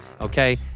okay